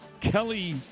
Kelly